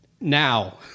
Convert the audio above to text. Now